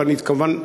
ואני התכוונתי,